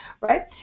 right